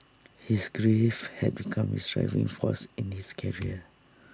his grief had become his driving force in his career